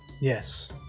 Yes